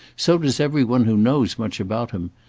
so does every one who knows much about him.